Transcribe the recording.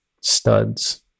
studs